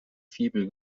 fibel